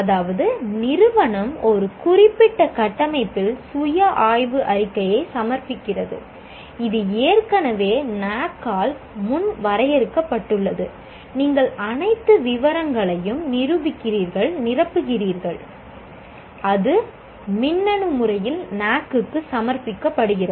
அதாவது நிறுவனம் ஒரு குறிப்பிட்ட கட்டமைப்பில் சுய ஆய்வு அறிக்கையை சமர்ப்பிக்கிறது இது ஏற்கனவே NAAC ஆல் முன் வரையறுக்கப்பட்டுள்ளது நீங்கள் அனைத்து விவரங்களையும் நிரப்புகிறீர்கள் அது மின்னணு முறையில் NAAC க்கு சமர்ப்பிக்கப்படுகிறது